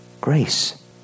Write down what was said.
grace